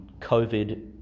COVID